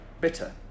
bitter